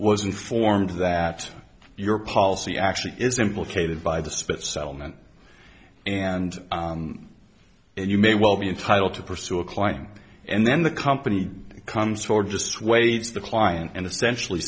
was informed that your policy actually is implicated by the split settlement and you may well be entitled to pursue a client and then the company comes forward just waives the client and essentially